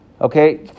Okay